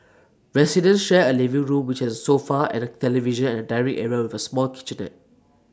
residents share A living room which has A sofa and A television and A dining area with A small kitchenette